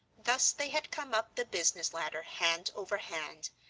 thus they had come up the business ladder hand over hand,